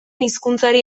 hizkuntzari